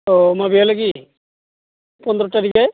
अह माबेहालागै फन्द्र थारिगै